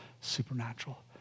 supernatural